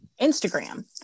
Instagram